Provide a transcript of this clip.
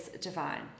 divine